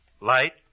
light